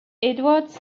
edwards